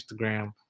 Instagram